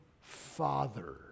father